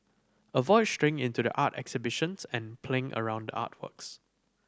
avoid straying into the art exhibitions and playing around the artworks